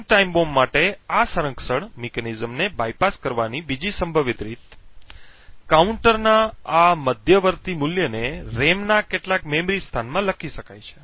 ticking time bomb માટે આ સંરક્ષણ મિકેનિઝમને બાયપાસ કરવાની બીજી સંભવિત રીત કાઉન્ટરના આ મધ્યવર્તી મૂલ્યને રેમના કેટલાક મેમરી સ્થાનમાં લખી શકાય છે